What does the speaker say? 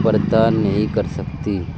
پردہ نہیں کر سکتی